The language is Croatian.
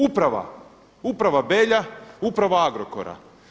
Uprava, uprava Belja, uprava Agrokora.